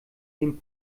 den